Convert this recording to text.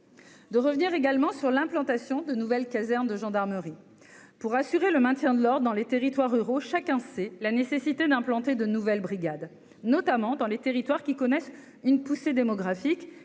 de revenir également sur l'implantation de nouvelles casernes de gendarmerie pour assurer le maintien de l'or dans les territoires ruraux chacun, c'est la nécessité d'implanter de nouvelles brigades notamment dans les territoires qui connaissent une poussée démographique